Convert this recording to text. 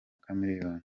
chameleone